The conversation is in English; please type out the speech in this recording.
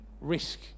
risk